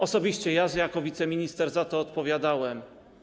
Osobiście ja jako wiceminister za to odpowiadałem.